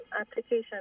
application